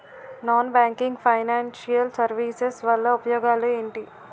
Non banking financial services వల్ల ఉపయోగాలు ఎంటి?